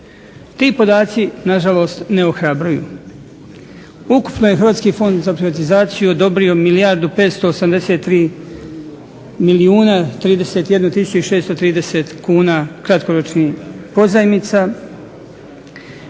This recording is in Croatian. Ti podaci nažalost ne ohrabruju. Ukupno je Hrvatski fond za privatizaciju odobrio milijardu 583 milijuna 31 tisuću 630 kuna kratkoročnih pozajmica,